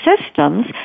systems